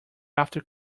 after